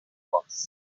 was